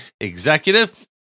executive